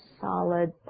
solid